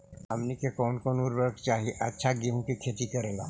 हमनी के कौन कौन उर्वरक चाही अच्छा गेंहू के खेती करेला?